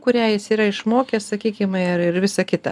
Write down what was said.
kurią jis yra išmokęs sakykim ir ir visa kita